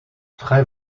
très